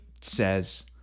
says